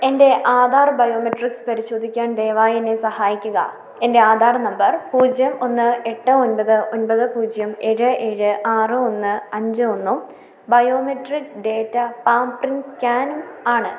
എൻ്റെ ആധാർ ബയോമെട്രിക്സ് പരിശോധിക്കാൻ ദയവായി എന്നെ സഹായിക്കുക എൻ്റെ ആധാർ നമ്പർ പൂജ്യം ഒന്ന് എട്ട് ഒൻപത് ഒൻപത് പൂജ്യം ഏഴ് ഏഴ് ആറ് ഒന്ന് അഞ്ച് ഒന്നും ബയോമെട്രിക് ഡേറ്റ പാം പ്രിൻ്റ് സ്കാനും ആണ്